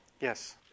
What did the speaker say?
yes